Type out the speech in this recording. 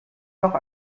noch